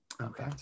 okay